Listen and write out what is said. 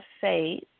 faith